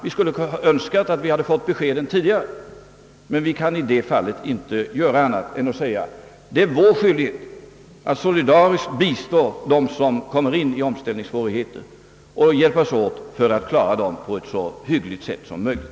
Vi skulle önska att vi hade fått beskedet tidigare, men vi kan i detta fall inte göra annat än att säga att det är vår skyldighet att solidariskt bistå dem som råkar in i omställningssvårigheter, att hjälpas åt att klara dessa svårigheter på ett så hyggligt sätt som möjligt.